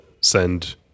send